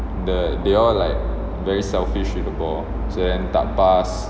they all like very selfish with the ball so then tak pass